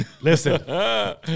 Listen